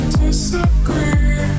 disagree